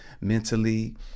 mentally